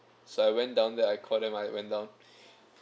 so I went down there I called them I went down